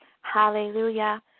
Hallelujah